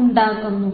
ഉണ്ടാക്കുന്നു